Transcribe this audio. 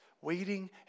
Waiting